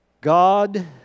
God